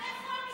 אז איפה המשרד